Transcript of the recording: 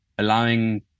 Allowing